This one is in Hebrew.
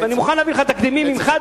ואני מוכן להביא לך תקדימים ממך,